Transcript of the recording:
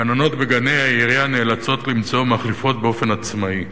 גננות בגני העירייה נאלצות למצוא מחליפות באופן עצמאי,